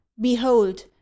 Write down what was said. Behold